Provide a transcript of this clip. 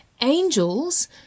angels